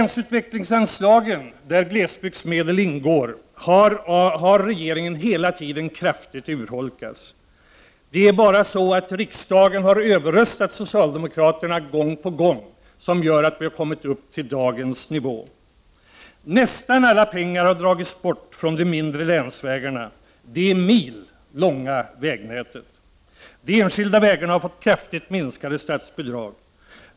Länsutvecklingsanslagen — där glesbygdsmedlen ingår — har regeringen hela tiden kraftigt urholkat. Det är bara genom att riksdagen gång på gång har överröstat socialdemokraterna som vi har kunnat komma upp till dagens nivå. Nästan alla pengar har dragits bort från de mindre länsvägarna — det i mil långa vägnätet. De enskilda vägarna har fått kraftigt minskade statsbidrag.